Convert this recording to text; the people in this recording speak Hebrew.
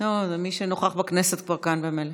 חוק ומשפט בדבר פיצול הצעת חוק סמכויות